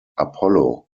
apollo